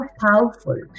powerful